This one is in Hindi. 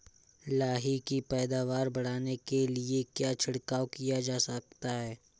लाही की पैदावार बढ़ाने के लिए क्या छिड़काव किया जा सकता है?